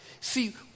See